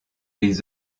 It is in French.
les